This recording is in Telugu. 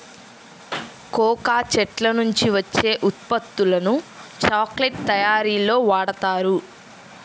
కోకా చెట్ల నుంచి వచ్చే ఉత్పత్తులను చాక్లెట్ల తయారీలో వాడుతారు